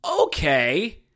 Okay